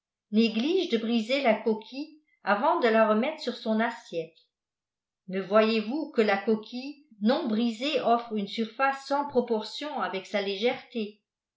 néglige de briser la coquille avant de la remettre sur son assiette ne voyez-vous que la coquille non brisée offre une surface sans proportion avec sa légèreté